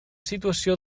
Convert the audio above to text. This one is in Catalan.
situació